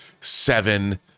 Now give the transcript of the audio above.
seven